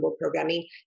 programming